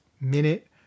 minute